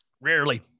Rarely